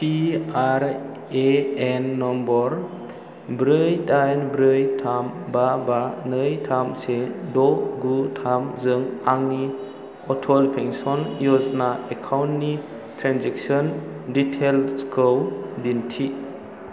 PRAN number ब्रै दाइन ब्रै थाम बा बा नै थाम से द' गु थाम जों आंनि अटल पेन्सन य'जना एकाउन्टनि ट्रेनजेक्सन डिटेइल्सखौ दिन्थि